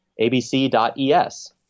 ABC.es